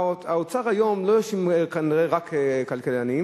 באוצר היום לא יושבים כנראה רק כלכלנים,